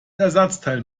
ersatzteil